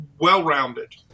well-rounded